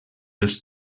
els